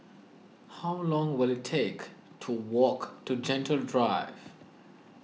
how long will it take to walk to Gentle Drive